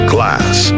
Class